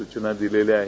सूचना देलेल्या आहेत